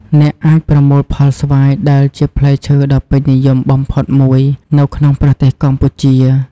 អ្នកអាចប្រមូលផលស្វាយដែលជាផ្លែឈើដ៏ពេញនិយមបំផុតមួយនៅក្នុងប្រទេសកម្ពុជា។